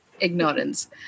Ignorance